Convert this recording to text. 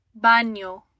baño